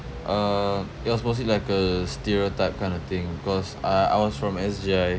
uh it was mostly like a stereotype kind of thing because uh I was from S_J_I